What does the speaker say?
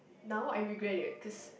now I regret it cause